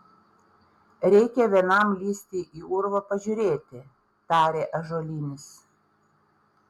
reikia vienam lįsti į urvą pažiūrėti tarė ąžuolinis